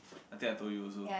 I think I told you also